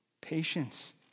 Patience